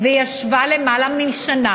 וישבה למעלה משנה,